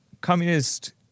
communist